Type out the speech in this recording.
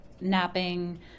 napping